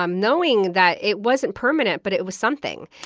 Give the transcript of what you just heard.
um knowing that it wasn't permanent, but it was something.